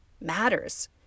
matters